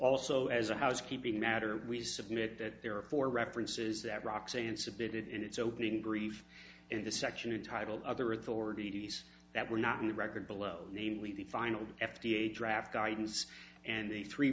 also as a housekeeping matter we submit that there are four references that roxanne submitted in its opening brief in the section entitled other authorities that were not in the record below namely the final f d a draft guidance and the three